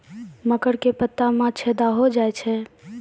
मकर के पत्ता मां छेदा हो जाए छै?